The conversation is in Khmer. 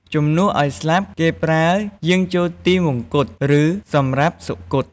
ជំនួសឲ្យ ស្លាប់ គេប្រើ យាងចូលទិវង្គត ឬ សម្រាប់សុគត។